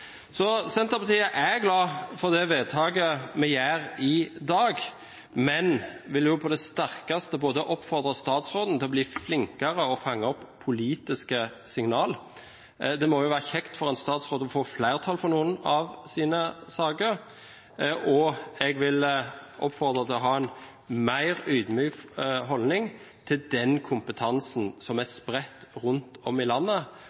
Senterpartiet er glad for det vedtaket vi gjør i dag, men vi vil på det sterkeste oppfordre statsråden til å bli flinkere til å fange opp politiske signal. Det må jo være kjekt for en statsråd å få flertall for noen av sakene, og jeg vil oppfordre til en mer ydmyk holdning til den kompetansen som er spredt rundt om i landet,